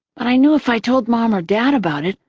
but i knew if i told mom or dad about it,